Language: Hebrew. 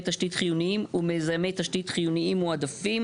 תשתית חיוניים ומיזמי תשתית חיוניים מועדפים".